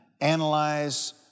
analyze